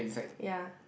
yea